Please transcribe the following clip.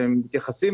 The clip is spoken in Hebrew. מתייחסים